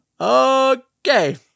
Okay